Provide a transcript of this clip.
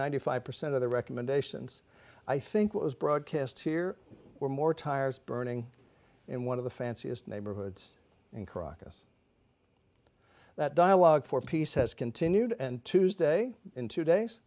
ninety five percent of the recommendations i think what was broadcast here were more tires burning in one of the fanciest neighborhoods in caracas that dialogue for peace has continued and tuesday in two